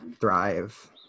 thrive